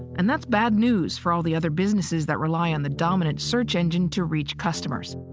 and that's bad news for all the other businesses that rely on the dominant search engine to reach customers.